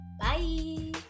bye